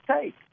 take